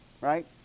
right